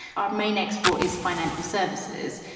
our main export is financial services.